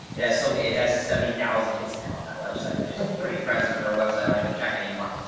it has so many, it has seventy thousand hits now on that website, which is pretty impressive for a website. i don't even check anymore.